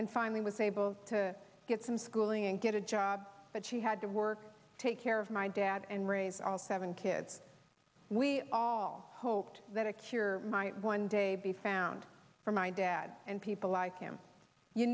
and finally was able to get some schooling and get a job but she had to work take care of my dad and raise all seven kids we all hoped that a cure might one day be found for my dad and people like him you